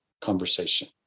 conversation